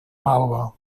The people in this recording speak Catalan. malva